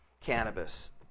cannabis